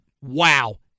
Wow